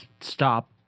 stop